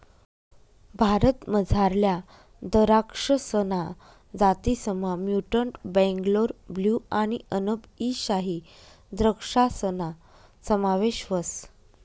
भारतमझारल्या दराक्षसना जातीसमा म्युटंट बेंगलोर ब्लू आणि अनब ई शाही द्रक्षासना समावेश व्हस